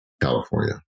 California